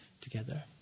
together